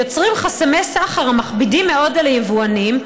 יוצרים חסמי סחר המכבידים מאוד על היבואנים,